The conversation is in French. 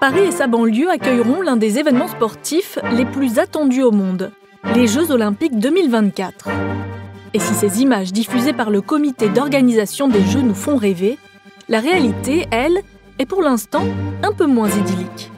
Paris et sa banlieue accueilleront l'un des événements sportifs les plus attendus au monde, les Jeux Olympiques 2024. Et si ces images diffusées par le Comité d'organisation des Jeux nous font rêver, la réalité, elle, est pour l'instant un peu moins idyllique.